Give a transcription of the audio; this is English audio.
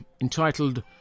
entitled